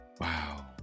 Wow